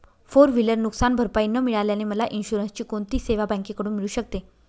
Four wheeler नुकसानभरपाई न मिळाल्याने मला इन्शुरन्सची कोणती सेवा बँकेकडून मिळू शकते?